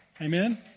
Amen